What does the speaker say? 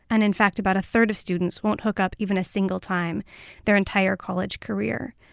and in fact, about a third of students won't hook up even a single time their entire college career.